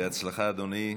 בהצלחה, אדוני.